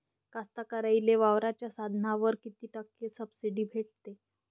कास्तकाराइले वावराच्या साधनावर कीती टक्के सब्सिडी भेटते?